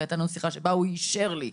והיתה לנו שיחה שבה הוא אישר לי,